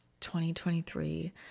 2023